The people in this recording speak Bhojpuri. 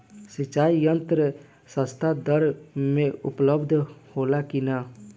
सिंचाई यंत्र सस्ता दर में उपलब्ध होला कि न?